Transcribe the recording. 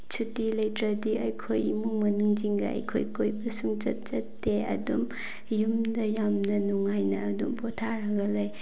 ꯁꯨꯇꯤ ꯂꯩꯇ꯭ꯔꯗꯤ ꯑꯩꯈꯣꯏ ꯏꯃꯨꯡ ꯃꯅꯨꯡꯁꯤꯡꯒ ꯑꯩꯈꯣꯏ ꯀꯣꯏꯕ ꯁꯨꯡꯆꯠ ꯆꯠꯇꯦ ꯑꯗꯨꯝ ꯌꯨꯝꯗ ꯌꯥꯝꯅ ꯅꯨꯡꯉꯥꯏꯅ ꯑꯗꯨꯝ ꯄꯣꯊꯥꯔꯒ ꯂꯩ